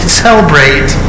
celebrate